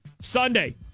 Sunday